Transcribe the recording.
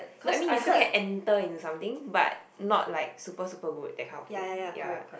no I mean you still can enter into something but not like super super good that kind of thing ya